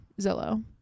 zillow